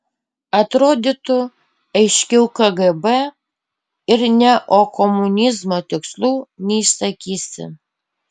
atrodytų aiškiau kgb ir neokomunizmo tikslų neišsakysi